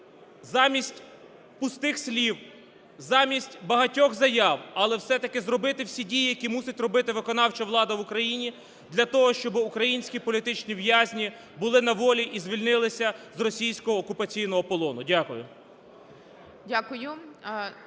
замість пустих слів, замість багатьох заяв, але все-таки зробити всі дії, які мусить робити виконавча влада в Україні для того, щоб українські політичні в'язні були на волі і звільнилися з російського окупаційного полону. Дякую.